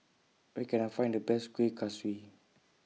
Where Can I Find The Best Kueh Kaswi